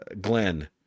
Glenn